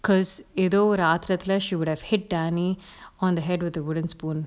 cause எதோ ஒரு ஆத்துரத்துல:etho oru aathurathula she would have hit danny on the head with the wooden spoon